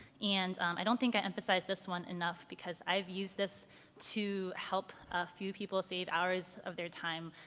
and i don't think i emphasized this one enough, because i've used this to help a few people save hours of their time,